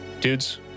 Dudes